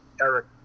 Eric